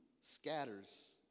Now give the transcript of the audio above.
scatters